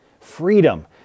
Freedom